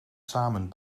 samen